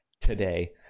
today